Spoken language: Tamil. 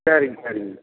சரிங்க சரிங்க